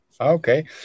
Okay